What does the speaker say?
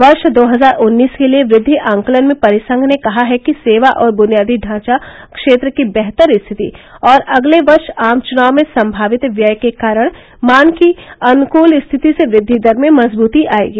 वर्ष दो हजार उन्नीस के लिए वृद्धि आकलन में परिसंघ ने कहा है कि सेवा और बुनियादी ढ़ांचा क्षेत्र की बेहतर स्थिति और अगले वर्ष आम चुनाव में संभावित व्यय के कारण मांग की अनुकूल स्थिति से वृद्दि दर में मजबूती आएगी